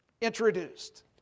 introduced